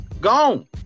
Gone